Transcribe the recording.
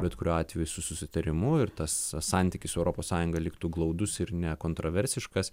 bet kuriuo atveju su susitarimu ir tas santykis su europos sąjunga liktų glaudus ir ne kontroversiškas